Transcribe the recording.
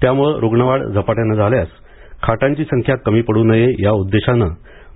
त्यामुळं रुग्णवाढ झपाट्याने झाल्यास खाटांची संख्या कमी पड्र नये या उद्देशानं